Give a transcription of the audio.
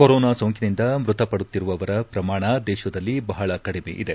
corona ಸೋಂಕಿನಿಂದ ಮೃತಪಡುತ್ತಿರುವವರ ಪ್ರಮಾಣ ದೇಶದಲ್ಲಿ ಬಹಳ ಕಡಿಮೆಯಿದೆ